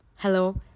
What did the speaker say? Hello